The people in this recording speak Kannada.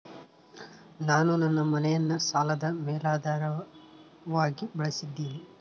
ನಾನು ನನ್ನ ಮನೆಯನ್ನ ಸಾಲದ ಮೇಲಾಧಾರವಾಗಿ ಬಳಸಿದ್ದಿನಿ